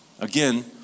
Again